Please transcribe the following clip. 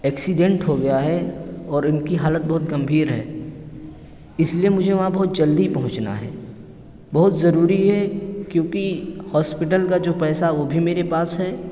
accident ہو گیا ہے اور ان کی حالت بہت گمبھیر ہے اس لیے مجھے وہاں بہت جلدی پہنچنا ہے بہت ضروری ہے کیونکہ ہاسپٹل کا جو پیسہ وہ بھی میرے پاس ہے